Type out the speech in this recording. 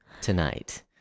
tonight